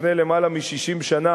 לפני למעלה מ-60 שנה,